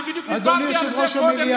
אני בדיוק דיברתי על זה קודם,